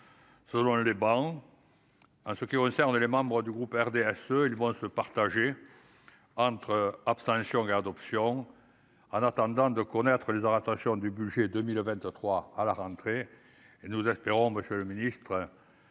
Selon les bancs en ce qui concerne les membres du groupe RDSE, ils vont se partager entre abstention garde option en attendant de connaître les attention du budget 2023 à la rentrée, et nous espérons, monsieur le ministre,